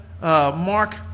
Mark